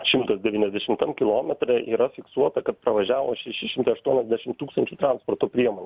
šimtas devyniasdešimtam kilometre yra fiksuota kad pravažiavo šeši šimtai aštuoniasdešim tūkstančių transporto priemonių